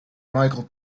michael